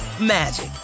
magic